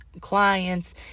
clients